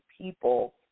people